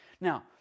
Now